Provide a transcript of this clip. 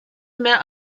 mehr